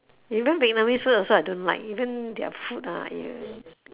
even vietnamese food also I don't like even their food ah !eeyer!